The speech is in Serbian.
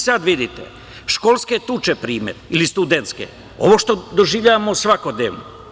Sada vidite školske tuče primer, ili studentske, ovo što doživljavamo svakodnevno.